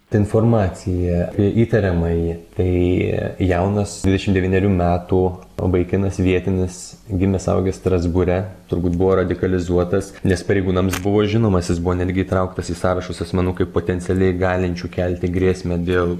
ta informacija apie įtariamąjį tai jaunas dvidešim devynerių metų vaikinas vietinis gimęs augęs strasbūre turbūt buvo radikalizuotas nes pareigūnams buvo žinomas jis buvo netgi įtrauktas į sąrašus asmenų kaip potencialiai galinčių kelti grėsmę dėl